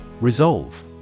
Resolve